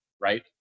right